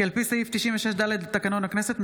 כי על פי סעיף 96(ד) לתקנון הכנסת,